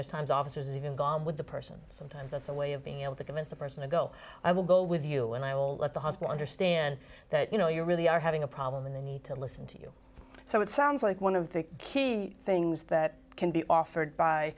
there's times officers even gone with the person sometimes that's a way of being able to convince the person to go i will go with you and i will let the hospital understand that you know you really are having a problem and they need to listen to you so it sounds like one of the key things that can be offered by